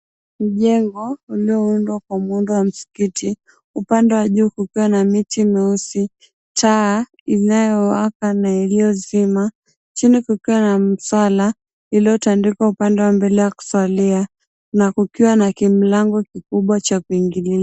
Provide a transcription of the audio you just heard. Mjengo ulioundwa kwa muundo wa msikiti, upande wa juu kukiwa na miti meusi, taa inayowaka na iliyozima, chini kukiwa na mswali uliotandikwa. Upande wa mbele wa kuswalia kukiwa na kimlango kikubwa cha kuingilia.